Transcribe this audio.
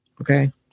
Okay